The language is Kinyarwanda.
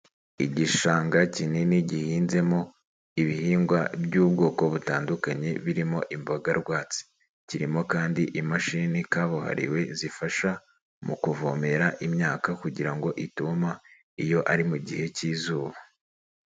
Igishanga kinini gihinzemo ibihingwa by'ubwoko butandukanye birimo imboga rwatsi, kirimo kandi imashini kabuhariwe zifasha mu kuvomera imyaka kugira ngo ituma iyo ari mu gihe cy'izuba.